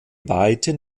weiten